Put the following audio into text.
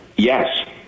Yes